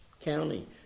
county